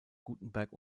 gutenberg